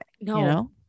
No